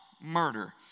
murder